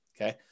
Okay